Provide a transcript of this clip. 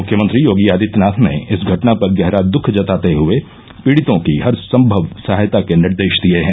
मुख्यमंत्री योगी आदित्यनाथ ने इस घटना पर गहरा दुख जताते हुये पीड़ितों की हर सम्भव सहायता के निर्देश दिये हैं